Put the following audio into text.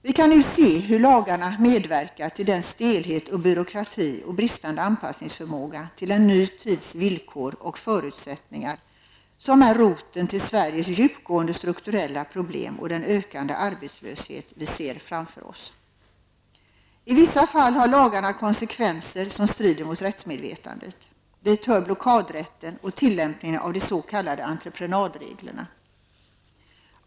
Vi kan nu se hur lagarna medverkat till den stelhet och byråkrati och bristande anpassningsförmåga till en ny tids villkor och förutsättningar, som är roten till Sveriges djupgående strukturella problem och den ökande arbetslöshet vi ser framför oss. I vissa fall har lagarna konsekvenser som strider mot rättsmedvetandet. Dit hör blockadrätten och tillämpningen av de s.k. entreprenadreglerna.